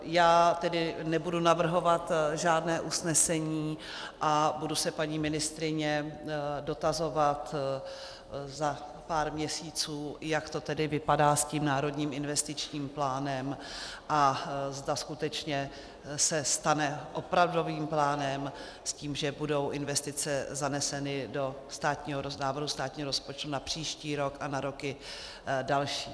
Já tedy nebudu navrhovat žádné usnesení a budu se paní ministryně dotazovat za pár měsíců, jak to tedy vypadá s tím Národním investičním plánem a zda skutečně se stane opravdovým plánem, s tím že budou investice zaneseny do návrhu státního rozpočtu na příští rok a na roky další.